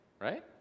right